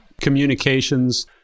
communications